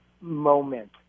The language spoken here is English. moment